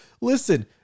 listen